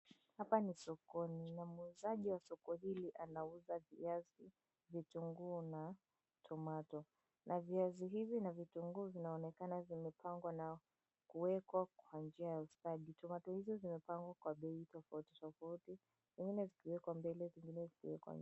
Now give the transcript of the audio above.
Hapa ni sokoni na muuzaji wa soko hili anauza viazi, vitunguu na tomato . Na viazi hivi na vitunguu vinaonekana vimepangwa na kuwekwa kwa njia ya ustadi. Tomato hizo zimepangwa kwa bei tofautitofauti zingine zikiwekwa mbele zingine zikiwekwa nyuma.